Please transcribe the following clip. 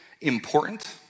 important